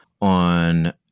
on